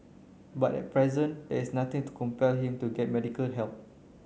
but at present there is nothing to compel him to get medical help